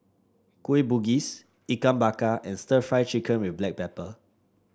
Kueh Bugis Ikan Bakar and stir Fry Chicken with Black Pepper